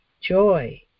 joy